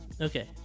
Okay